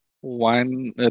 one